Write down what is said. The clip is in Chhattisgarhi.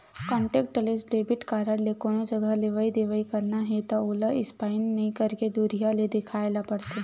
कांटेक्टलेस डेबिट कारड ले कोनो जघा लेवइ देवइ करना हे त ओला स्पाइप नइ करके दुरिहा ले देखाए ल परथे